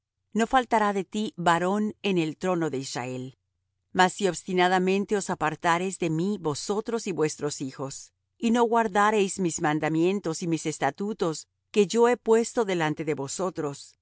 no faltará de ti varón en el trono de israel mas si obstinadamente os apartareis de mí vosotros y vuestros hijos y no guardareis mis mandamientos y mis estatutos que yo he puesto delante de vosotros